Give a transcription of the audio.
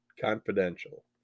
Confidential